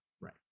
right